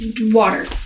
water